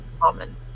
common